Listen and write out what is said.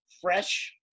fresh